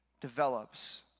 develops